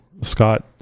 scott